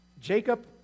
Jacob